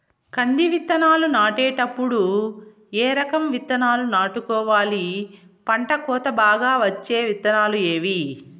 కంది విత్తనాలు నాటేటప్పుడు ఏ రకం విత్తనాలు నాటుకోవాలి, పంట కోత బాగా వచ్చే విత్తనాలు ఏవీ?